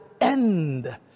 end